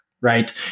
right